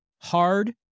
Hard